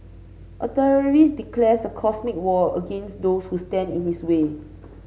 a terrorist declares a cosmic war against those who stand in his way